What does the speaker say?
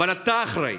אבל אתה אחראי.